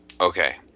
Okay